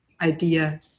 idea